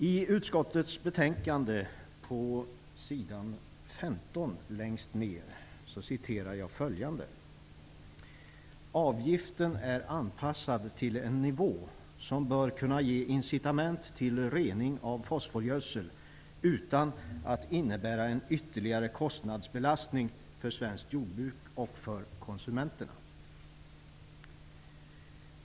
I utskottets betänkande på s. 15 längst ner står följande: ''Avgiften är anpassad till en nivå som bör kunna ge incitament till rening av fosforgödsel utan att innebära en ytterligare kostnadsbelastning för svenskt jordbruk och för konsumenterna.''